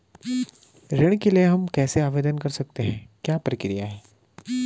ऋण के लिए हम कैसे आवेदन कर सकते हैं क्या प्रक्रिया है?